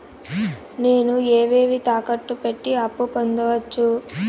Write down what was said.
నేను ఏవేవి తాకట్టు పెట్టి అప్పు పొందవచ్చు?